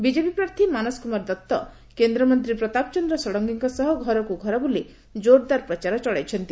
BJP ପ୍ରାର୍ଥୀ ମାନସ କୁମାର ଦଉ କେନ୍ଦ୍ରମନ୍ତୀ ପ୍ରତାପ ଚନ୍ଦ ଷଡ଼ଙଙଙ ସହ ଘରକୁ ଘର ବୁଲି ଜୋର୍ଦାର ପ୍ରଚାର ଚଳାଇଛନ୍ତି